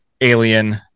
alien